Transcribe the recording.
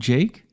Jake